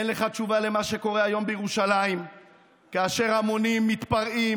אין לך תשובה למה שקורה היום בירושלים כאשר המונים מתפרעים,